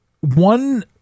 one